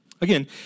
Again